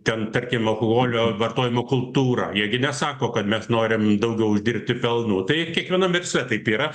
ten tarkim alkoholio vartojimo kultūrą jie gi nesako kad mes norim daugiau uždirbti pelnų tai kiekvienam versle taip yra